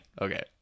Okay